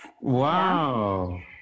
Wow